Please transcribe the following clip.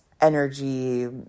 energy